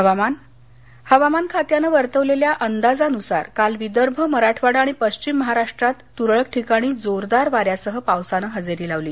हवामान पाऊस हवामान खात्यानं वर्तवलेल्या अंदाजानुसार काल विदर्भ मराठवाडा आणि पश्चिम महाराष्ट्रात तुरळक ठिकाणी जोरदार वाऱ्यासह पावसानं हजेरी लावली